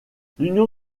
l’union